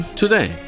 today